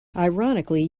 ironically